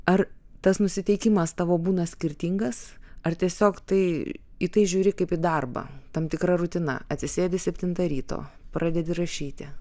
ar tas nusiteikimas tavo būna skirtingas ar tiesiog tai į tai žiūri kaip į darbą tam tikra rutina atsisėdi septintą ryto pradedi rašyti